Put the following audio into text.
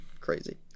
crazy